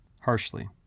harshly